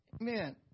Amen